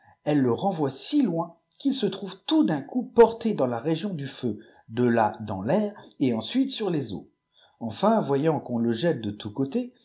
elle le renvoie si loin qu'il se trouve tout un coup porté dans la région du feu de là dans l'air et ensuite sur les eaux enfin voyant qu'on le jette de tous côtés